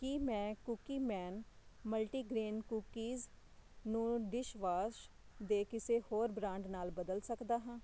ਕੀ ਮੈਂ Cookieman multigrain cookies ਨੂੰ dishwash ਦੇ ਕਿਸੇ ਹੋਰ ਬ੍ਰਾਂਡ ਨਾਲ ਬਦਲ ਸਕਦਾ ਹਾਂ